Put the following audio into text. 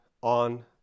on